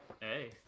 Hey